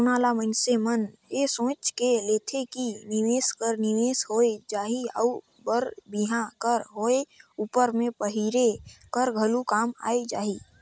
सोना ल मइनसे मन ए सोंएच के लेथे कि निवेस कर निवेस होए जाही अउ बर बिहा कर होए उपर में पहिरे कर घलो काम आए जाही